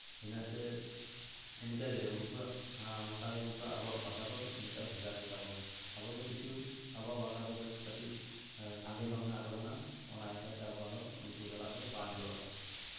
ᱤᱱᱟᱹᱜ ᱛᱮ ᱤᱱᱠᱟᱹᱜᱮ ᱩᱱᱠᱩᱣᱟᱜ ᱚᱱᱠᱟᱜᱮ ᱩᱱᱠᱩᱣᱟᱜ ᱟᱵᱚᱣᱟᱜ ᱵᱷᱟᱥᱟ ᱫᱚ ᱤᱱᱠᱟᱹ ᱵᱷᱮᱜᱟᱨ ᱜᱮᱛᱟᱵᱚᱱᱟ ᱟᱵᱚ ᱫᱚ ᱠᱤᱪᱷᱩ ᱟᱵᱚᱣᱟᱜ ᱵᱷᱟᱥᱟ ᱫᱚ ᱠᱟᱹᱴᱤᱡ ᱥᱟᱸᱜᱮ ᱧᱚᱜ ᱢᱮᱱᱟᱜ ᱛᱟᱵᱚᱱᱟ ᱚᱱᱟ ᱤᱱᱠᱷᱟᱹᱛᱮ ᱩᱱᱠᱩ ᱥᱟᱞᱟᱜ ᱫᱚ ᱵᱟᱝ ᱡᱚᱲᱚᱜᱼᱟ